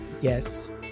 Yes